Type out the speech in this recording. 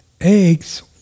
eggs